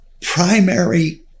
primary